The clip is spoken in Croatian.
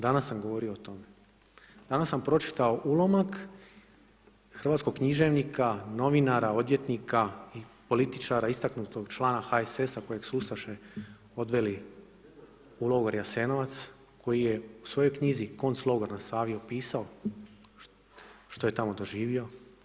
Danas sam govorio o tome, danas sam pročitao ulomak hrvatskog književnika, novinara, odvjetnika, političara, istaknutog člana HSS-a kojeg su ustaše odveli u logor Jasenovac koji je u svojoj knjizi Konclogor na Savi, opisao što je tamo doživio.